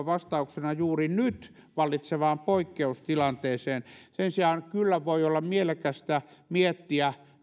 vastauksena juuri nyt vallitsevaan poikkeustilanteeseen sen sijaan voi kyllä olla mielekästä miettiä